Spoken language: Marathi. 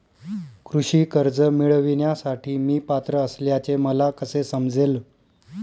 कृषी कर्ज मिळविण्यासाठी मी पात्र असल्याचे मला कसे समजेल?